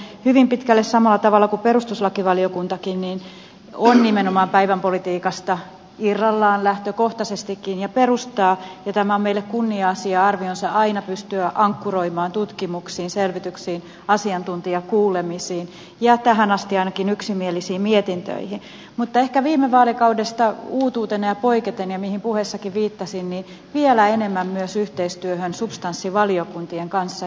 ensinnäkin tarkastusvaliokunta hyvin pitkälle samalla tavalla kuin perustuslakivaliokuntakin on nimenomaan päivänpolitiikasta irrallaan lähtökohtaisestikin ja perustaa tämä on meille kunnia asia ja pystyy aina ankkuroimaan arvionsa tutkimuksiin selvityksiin asiantuntijakuulemisiin ja ainakin tähän asti yksimielisiin mietintöihin mutta ehkä viime vaalikaudesta uutuutena ja poiketen mihin puheessanikin viittasin vielä enemmän myös yhteistyöhön substanssivaliokuntien kanssa